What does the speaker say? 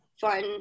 fun